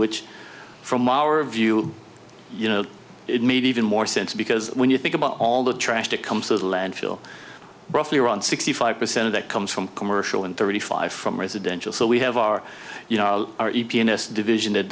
which from our view you know it made even more sense because when you think about all the trash that comes to the landfill roughly around sixty five percent of that comes from commercial and thirty five from residential so we have our you know our e b s division that